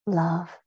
love